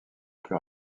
plus